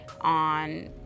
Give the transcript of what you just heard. on